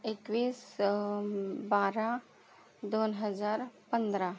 एकवीस बारा दोन हजार पंधरा